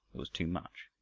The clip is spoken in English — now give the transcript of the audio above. it was too much.